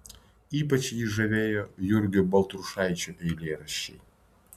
ypač jį žavėjo jurgio baltrušaičio eilėraščiai